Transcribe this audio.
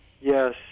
Yes